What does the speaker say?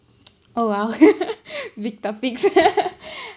oh !wow! big topics